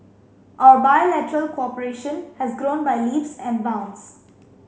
our bilateral cooperation has grown by leaps and bounds